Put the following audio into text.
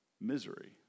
misery